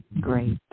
great